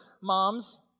moms